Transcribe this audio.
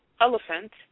elephant